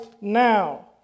now